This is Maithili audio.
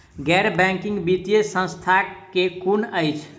गैर बैंकिंग वित्तीय संस्था केँ कुन अछि?